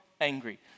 angry